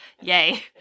yay